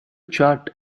chart